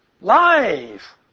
Life